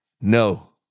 no